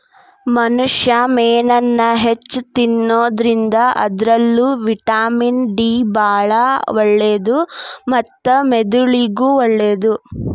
ಮನುಷ್ಯಾ ಮೇನನ್ನ ಹೆಚ್ಚ್ ತಿನ್ನೋದ್ರಿಂದ ಅದ್ರಲ್ಲಿರೋ ವಿಟಮಿನ್ ಡಿ ಬಾಳ ಒಳ್ಳೇದು ಮತ್ತ ಮೆದುಳಿಗೂ ಒಳ್ಳೇದು